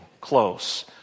close